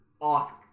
off-